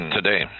today